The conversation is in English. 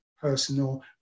personal